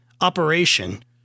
operation